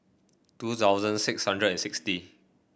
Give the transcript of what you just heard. two thousand six hundred and sixty